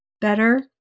better